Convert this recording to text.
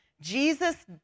Jesus